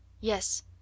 Yes